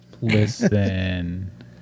Listen